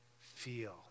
feel